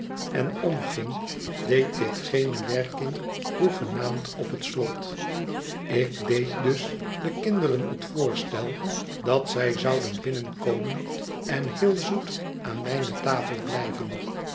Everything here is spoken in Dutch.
en omging deed dit geene werking hoegenaamd op het slot ik deed dus den kinderen het voorstel dat zij zouden binnenkomen en heel zoet aan mijne tafel blijven